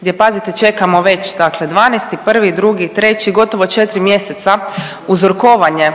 gdje pazite čekamo već dakle 12., 1., 2., 3. gotovo 4 mjeseca uzurkovanje,